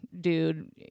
dude